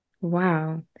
Wow